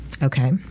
Okay